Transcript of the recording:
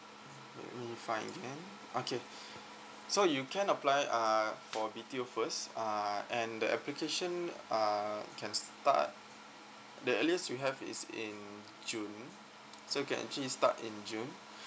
let me find it okay so you can apply uh for B_T_O first uh and the application uh can start the earliest we have is in june so you can actually start in june